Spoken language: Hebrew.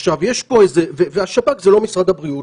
עכשיו, השב"כ זה לא משרד הבריאות.